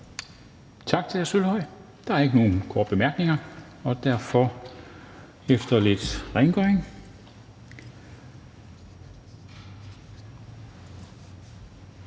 Tak til hr. Jakob Sølvhøj. Der er ikke nogen korte bemærkninger, og derfor – efter lidt rengøring